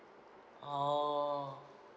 oh